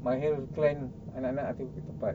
mahir clan anak-anak tu